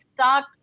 start